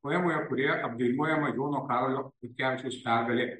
poemoje kurioje apdainuojama jono karolio katkevičiaus pergalė